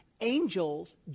Angels